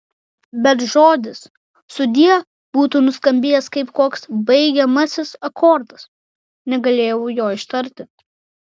bet žodis sudie būtų nuskambėjęs kaip koks baigiamasis akordas negalėjau jo ištarti